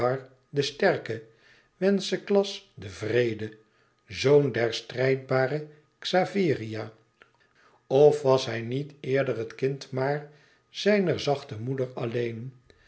den sterke wenceslas den wreede zoon der strijdbare xaveria of was hij niet eerder het kind maar zijner zachte moeder alleen